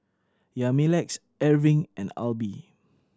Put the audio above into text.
Yamilex Erving and Alby